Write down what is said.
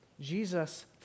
Jesus